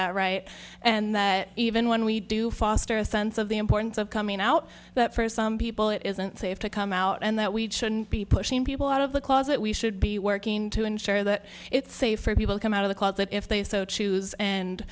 that right and that even when we do foster a sense of the importance of coming out that for some people it isn't safe to come out and that we shouldn't be pushing people out of the closet we should be working to ensure that it's safe for people come out of the closet if they so choose and